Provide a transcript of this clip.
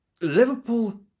Liverpool